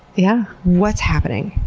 yeah what's happening?